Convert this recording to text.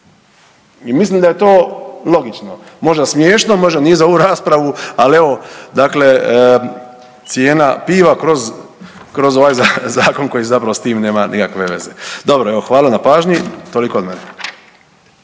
I mislim da je to logično, možda smiješno, možda nije za ovu raspravu, ali evo dakle cijena piva kroz, kroz ovaj zakon koji zapravo s tim nema nikakve veze. Dobro, evo hvala na pažnji, toliko od mene.